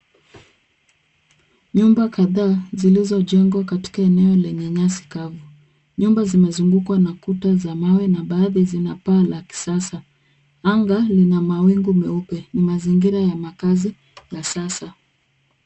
Nyumba kadhaa zilizo jengwa katika eneo lenye nyasi kavu. Nyumba zimezungukwa na kuta za mawe na baadhi zina paa la kisasa. Anga Lina mawingu meupe. Ni mazingira ya makazi ya sasa.